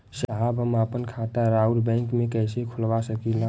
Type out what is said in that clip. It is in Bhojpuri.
साहब हम आपन खाता राउर बैंक में कैसे खोलवा सकीला?